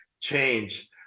change